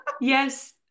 Yes